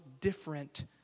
different